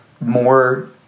more